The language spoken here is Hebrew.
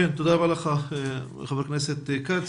תודה רבה לך חבר הכנסת כץ,